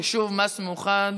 חישוב מס מאוחד